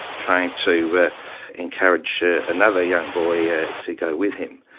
trying to encourage another young boy ah to go with him.